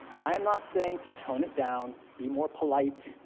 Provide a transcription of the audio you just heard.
i am not saying to tone it down, be more polite,